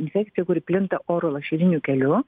infekcija kuri plinta oro lašeliniu keliu